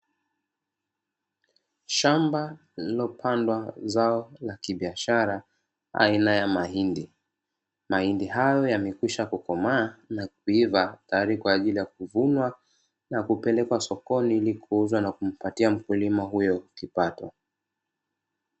Shamba lililopandwa zao na kibiashara aina ya mahindi, mahindi hayo yamekwisha kukomaa na kuiva, tayari kwa ajili ya kuvunwa na kupelekwa sokoni ili kuuzwa na kumpatia mkulima huyo kipato.